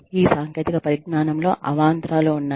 ఈ సాంకేతిక పరిజ్ఞానం లో అవాంతరాలు ఉన్నాయి